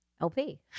LP